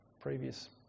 previous